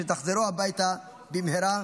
כשתחזרו הביתה במהרה.